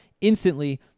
instantly